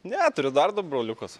ne turiu dar du broliukus